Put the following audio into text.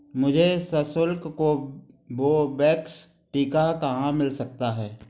मुझे सशुल्क कोवोवैक्स टीका कहाँ मिल सकता है